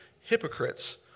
Hypocrites